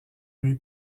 lui